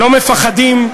לא מפחדים,